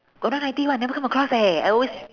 got nine ninety [one] I never come across leh I always